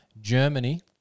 Germany